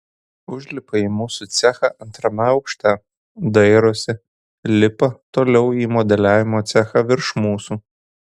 užlipa į mūsų cechą antrame aukšte dairosi lipa toliau į modeliavimo cechą virš mūsų